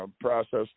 process